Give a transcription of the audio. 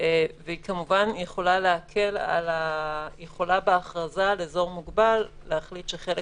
והיא כמובן יכולה בהכרזה על אזור מוגבל להחליט שחלק